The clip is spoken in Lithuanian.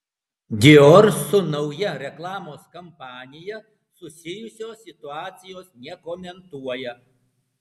dior su nauja reklamos kampanija susijusios situacijos nekomentuoja